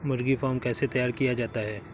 मुर्गी फार्म कैसे तैयार किया जाता है?